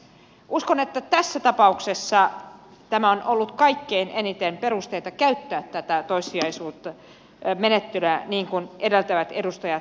uskon että tässä tapauksessa on ollut kaikkein eniten perusteita käyttää tätä toissijaisuusmenettelyä niin kuin edeltävät edustajat totesivat